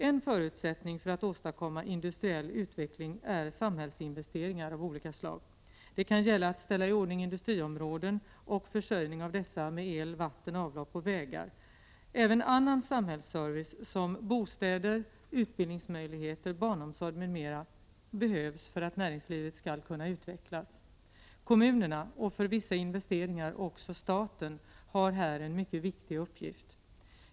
En förutsättning för att åstadkomma industriell utveckling är samhällsinvesteringar av olika slag. Det kan gälla att ställa i ordning industriområden och försörjning av dessa med el, vatten, avlopp och vägar. Även annan samhällsservice, som bostäder, utbildningsmöjligheter, barnomsorg m.m., behövs för att näringslivet skall kunna utvecklas. Kommunerna — och för vissa investeringar också staten — har här en mycket viktig uppgift.